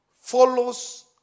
follows